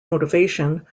motivation